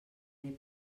done